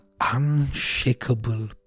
unshakable